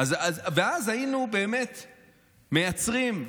ואז היינו באמת מייצרים.